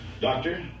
Doctor